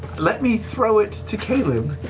let me throw it to caleb,